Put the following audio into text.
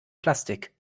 plastik